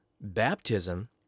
baptism